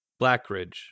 Blackridge